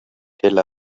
tel